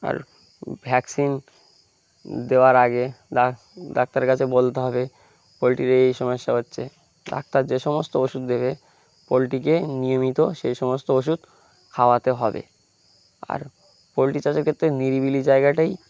আর vaccine দেওয়ার আগে ডাক ডাক্তারের কাছে বলতে হবে পোলট্রির এই সমস্যা হচ্ছে ডাক্তার যে সমস্ত ওষুধ দেবে পোলট্রিকে নিয়মিত সেই সমস্ত ওষুধ খাওয়াতে হবে আর পোলট্রি চাষের ক্ষেত্রে নিরিবিলি জায়গাটাই